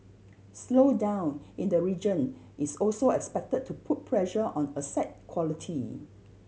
slowdown in the region is also expected to put pressure on asset quality